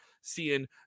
seeing